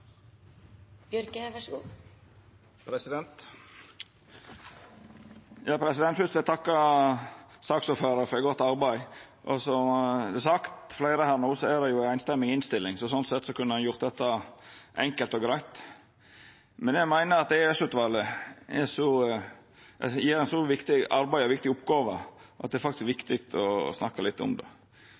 Fyrst vil eg takka saksordføraren for eit godt arbeid. Som fleire her no har sagt, er det ei samrøystes innstilling, så sånn sett kunna ein har gjort dette enkelt og greitt, men eg meiner at EOS-utvalet gjer eit så viktig arbeid og har ei så viktig oppgåve at det faktisk er viktig å snakka litt om det.